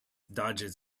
dodges